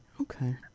Okay